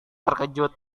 terkejut